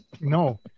no